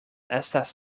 estas